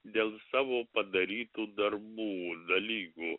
dėl savo padarytų darbų dalykų